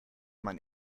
man